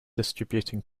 distributing